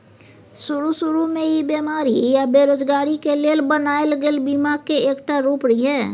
शरू शुरू में ई बेमारी आ बेरोजगारी के लेल बनायल गेल बीमा के एकटा रूप रिहे